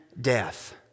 death